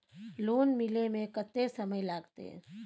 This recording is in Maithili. लोन मिले में कत्ते समय लागते?